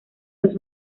los